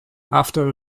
after